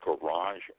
Garage